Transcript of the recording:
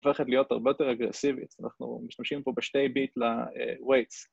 הופכת להיות הרבה יותר אגרסיבית, אז אנחנו משתמשים פה בשתי ביט ל-weights